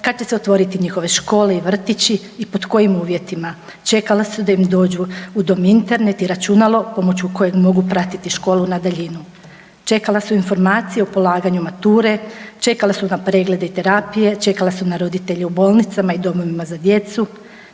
kad će se otvoriti njihove škole i vrtići i pod kojim uvjetima, čekala su da im dođu u dom Internet i računalo pomoću kojeg mogu pratiti školu na daljinu, čekala su informacije o polaganju mature, čekale su na preglede i terapije, čekale su na roditelje u bolnicama i domovima za djecu,